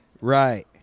Right